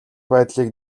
байдлыг